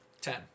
Ten